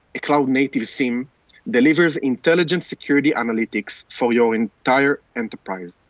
a cloud-native siem delivers intelligence security analytics for your entire enterprise.